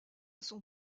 son